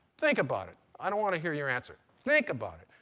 think about it. i don't want to hear your answer. think about it.